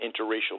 interracial